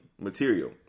material